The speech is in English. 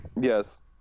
Yes